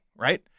right